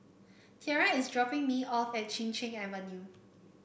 Tiara is dropping me off at Chin Cheng Avenue